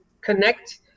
connect